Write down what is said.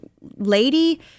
lady